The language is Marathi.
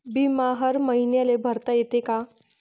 बिमा हर मईन्याले भरता येते का?